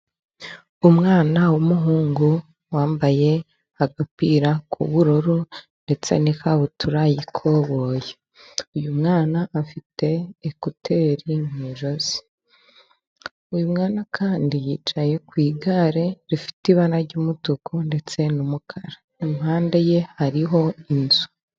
Umwana w'umuhungu wambaye agapira k'ubururu ndetse n'ikabutura yikoboyi, uyu mwana afite ekuteri mu ijosi, uyu mwana kandi yicaye ku igare rifite ibara ry'umutuku ndetse n'umukara, impande ye hariho inzu.